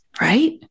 right